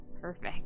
Perfect